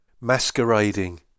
masquerading